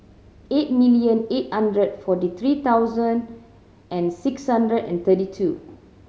eight million eight hundred forty three thousand and six hundred and thirty two